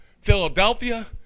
Philadelphia